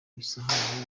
isahani